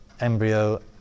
embryo